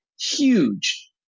huge